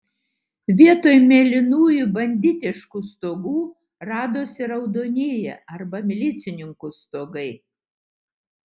vietoj mėlynųjų banditiškų stogų radosi raudonieji arba milicininkų stogai